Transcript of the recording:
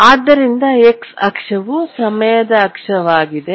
ಆದ್ದರಿಂದ x ಅಕ್ಷವು ಸಮಯದ ಅಕ್ಷವಾಗಿದೆ